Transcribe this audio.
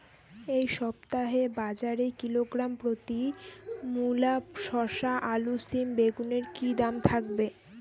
এই সপ্তাহে বাজারে কিলোগ্রাম প্রতি মূলা শসা আলু সিম বেগুনের কী দাম থাকবে?